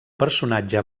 personatge